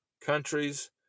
countries